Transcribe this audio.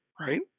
right